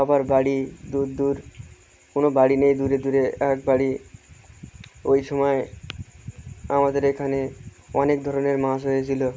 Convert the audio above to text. আবার বাড়ি দূর দূর কোনো বাড়ি নেই দূরে দূরে এক বাড়ি ওই সময় আমাদের এখানে অনেক ধরনের মাছ হয়েছিলো